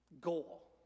goal